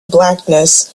blackness